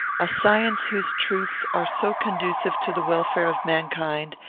a science whose truths are so conducive to the welfare of mankind,